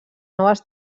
noves